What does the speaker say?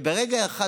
וברגע אחד,